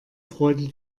freude